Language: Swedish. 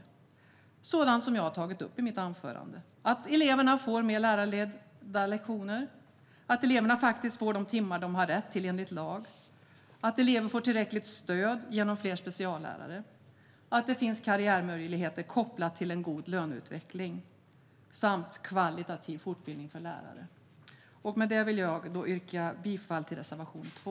Det handlar om sådant som jag har tagit upp i mitt anförande, att eleverna får fler lärarledda lektioner, att eleverna faktiskt får de timmar de har rätt till enligt lag, att elever får tillräckligt stöd genom fler speciallärare och att det finns karriärmöjligheter kopplade till en god löneutveckling samt en kvalitativ fortbildning för våra lärare. Med det vill jag yrka bifall till reservation 2.